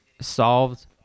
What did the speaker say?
solved